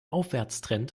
aufwärtstrend